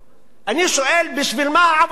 אני שואל בשביל מה העבודה הזאת.